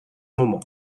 moment